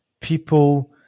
people